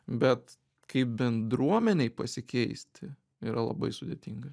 bet kaip bendruomenei pasikeisti yra labai sudėtinga